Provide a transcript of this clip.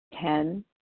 Ten